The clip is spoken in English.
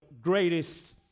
greatest